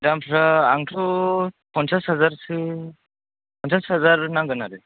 दा ओमफ्राय आंथ' पन्सास हाजारसो नांगोन आरो